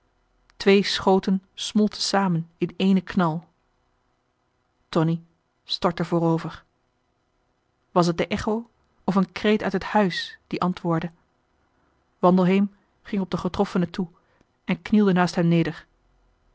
twee schoten smolten samen in éénen knal tonie stortte voorover was het de echo of een kreet uit het huis die antwoordde wandelheem ging op den getroffene toe en knielde naast hem neder